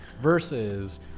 versus